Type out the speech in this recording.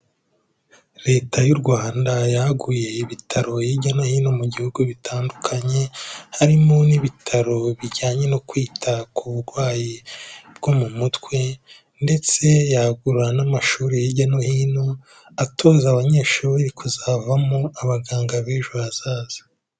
Leta y'u Rwanda yaguye ibitaro hirya no hino mu gihugu bitandukanye, harimo n'ibitaro bijyanye no kwita ku burwayi bwo mu mutwe ndetse yagura n'amashuri hirya no hino, atoza abanyeshuri kuzavamo abaganga b'ejo hazaza.